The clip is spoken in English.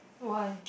why